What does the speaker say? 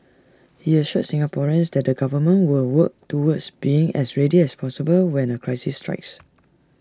he assured Singaporeans that the government will work towards being as ready as possible when A crisis strikes